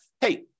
hey